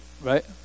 Right